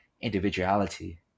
individuality